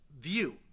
view